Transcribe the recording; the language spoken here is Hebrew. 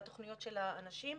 בתוכניות שלהם.